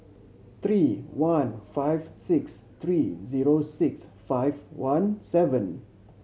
three one five six three zero six five one seven